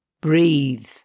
breathe